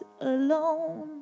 Alone